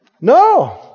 No